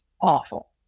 awful